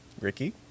Ricky